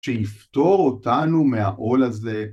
שיפטור אותנו מהעול הזה